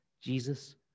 Jesus